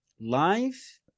life